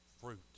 fruit